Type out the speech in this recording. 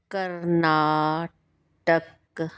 Karnataka